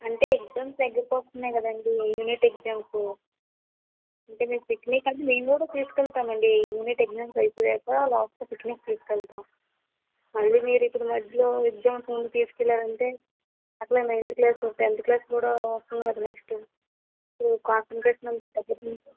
అంటే ఎగ్జామ్స్ దగ్గరకు వస్తున్నాయి కదండి యూనిట్ ఎగ్జామ్సు అంటే మీరు పిక్నిక్ అంటే మేం కూడా తీసుకెళ్తామండి ఈ యూనిట్ ఎగ్జామ్ అయిపోయాక లాస్ట్లో పిక్నిక్కి తీసుకెళ్తాం మళ్ళీ మీరు ఇప్పుడు మద్యలో ఎగ్జామ్స్ ముందు తీసుకెళ్ళారంటే అసలే నైయిన్త్ క్లాసు టెన్త్ క్లాస్ కూడా వస్తుంది కదా నెక్స్టు కాన్షన్ట్రేసన్ అంతా తగ్గిపోతుంది